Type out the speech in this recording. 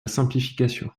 simplification